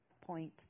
point